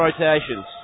rotations